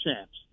champs